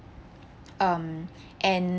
um and